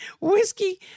Whiskey